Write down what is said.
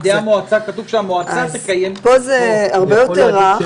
פה זה הרבה יותר רך.